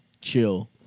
chill